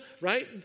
right